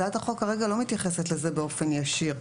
הצעת החוק כרגע לא מתייחסת לזה באופן ישיר,